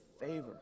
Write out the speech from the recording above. favor